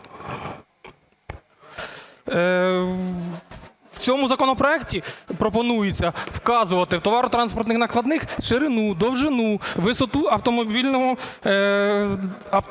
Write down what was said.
В цьому законопроекті пропонується вказувати в товарно-транспортних накладних ширину, довжину, висоту автомобільного